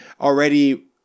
already